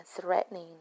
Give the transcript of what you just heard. threatening